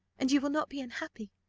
and you will not be unhappy?